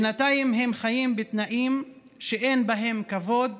בינתיים הם חיים בתנאים שאין בהם כבוד